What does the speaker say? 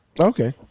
Okay